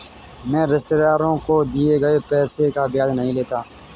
मैं रिश्तेदारों को दिए गए पैसे का ब्याज नहीं लेता